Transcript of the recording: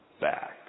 back